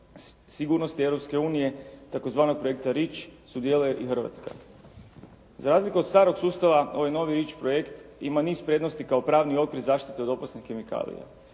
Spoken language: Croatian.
unije tzv. projekta Rich sudjeluje i Hrvatska. Za razliku od starog sustava, ovaj novi Rich projekt ima niz prednosti kao pravni okvir od zaštite od opasnih kemikalija,